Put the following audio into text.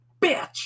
bitch